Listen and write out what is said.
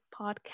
podcast